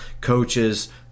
coaches